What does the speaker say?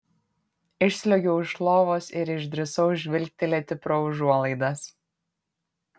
išsliuogiau iš lovos ir išdrįsau žvilgtelėti pro užuolaidas